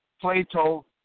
Plato